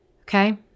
okay